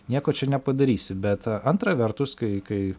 nieko čia nepadarysi bet antra vertus kai kai